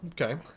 Okay